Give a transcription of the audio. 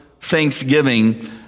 thanksgiving